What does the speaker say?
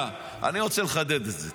אני רצה לחדד את זה.